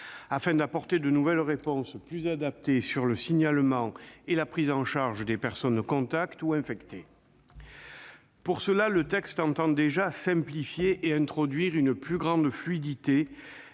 afin d'apporter de nouvelles réponses, plus adaptées, en matière de signalement et de prise en charge des personnes contacts ou infectées. Pour ce faire, ce texte tend déjà à simplifier et à introduire une plus grande fluidité